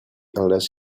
unless